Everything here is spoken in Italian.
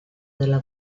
della